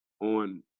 on